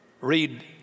read